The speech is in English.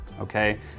okay